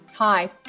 Hi